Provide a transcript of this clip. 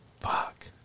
Fuck